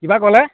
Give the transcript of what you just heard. কিবা ক'লে